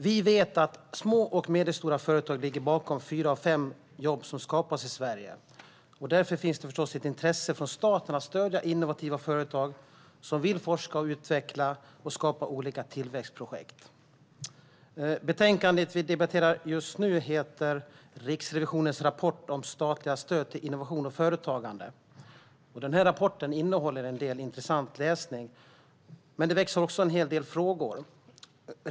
Vi vet att små och medelstora företag ligger bakom fyra av fem jobb som skapas i Sverige, och därför finns det förstås ett intresse från statens sida att stödja innovativa företag som vill forska och utveckla och skapa olika tillväxtprojekt. Betänkandet vi nu debatterar heter Riksrevisionens rapport om statliga stöd till innovation och företagande . Rapporten innehåller en del intressant läsning, men den väcker också en hel del frågor.